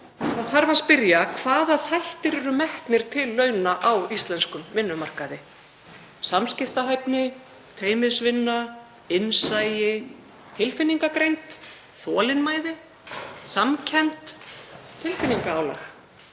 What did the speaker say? Það þarf að spyrja: Hvaða þættir eru metnir til launa á íslenskum vinnumarkaði? Samskiptahæfni, teymisvinna, innsæi, tilfinningagreind, þolinmæði, samkennd, tilfinningaálag?